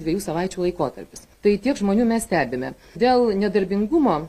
dviejų savaičių laikotarpis tai tiek žmonių mes stebime dėl nedarbingumo